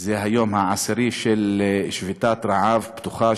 היום העשירי של שביתת רעב פתוחה,